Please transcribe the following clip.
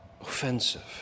offensive